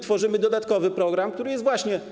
Tworzymy dodatkowy program, który jest właśnie